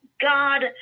God